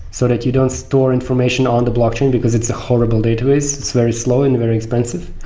so that you don't store information on the blockchain, because it's a horrible database. it's very slow and very expensive.